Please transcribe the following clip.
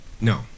No